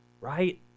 Right